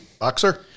boxer